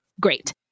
Great